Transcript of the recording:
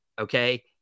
okay